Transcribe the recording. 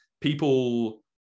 people